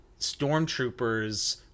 stormtroopers